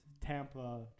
Tampa